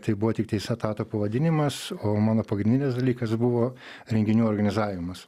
tai buvo tiktais etato pavadinimas o mano pagrindinis dalykas buvo renginių organizavimas